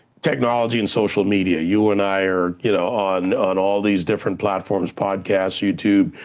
technology and social media, you and i are you know on on all these different platforms, podcasts, youtube,